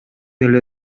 эле